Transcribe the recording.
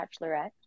Bachelorette